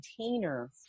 container